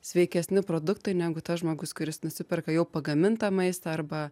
sveikesni produktai negu tas žmogus kuris nusiperka jau pagamintą maistą arba